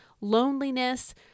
loneliness